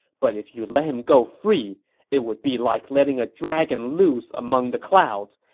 but if you let him go free, it would be like letting a dragon loose among the clouds.